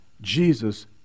Jesus